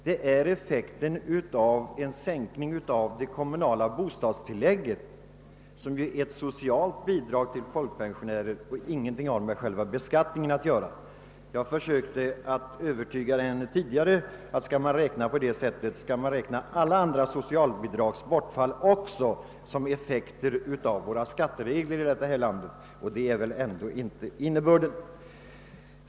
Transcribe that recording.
Det är effekten av en sänkning av det kommunala bostadstillägget, som ju är ett socialt bidrag till folkpensionärer och inte har någonting med beskattningen att göra. Jag försökte övertyga henne tidigare om att man, om man skall räkna på det sättet, måste räkna också med bortfall av andra sociala bidrag som effekter av våra skatteregler, och det är väl ändå inte meningen.